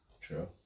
True